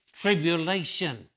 tribulation